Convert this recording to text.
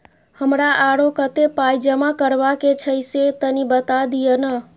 हमरा आरो कत्ते पाई जमा करबा के छै से तनी बता दिय न?